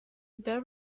there